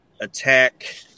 attack